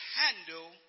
handle